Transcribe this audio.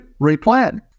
replan